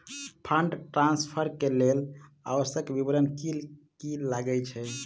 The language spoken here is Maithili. फंड ट्रान्सफर केँ लेल आवश्यक विवरण की की लागै छै?